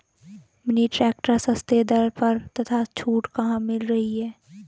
Mini tractor सस्ते दर पर तथा छूट कहाँ मिल रही है?